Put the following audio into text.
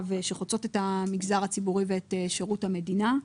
שחוצות את המגזר הציבורי ואת שירות המדינה.